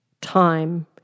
time